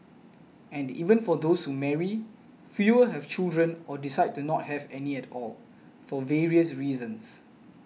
and even for those who marry fewer have children or decide to not have any at all for various reasons